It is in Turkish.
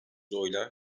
oyla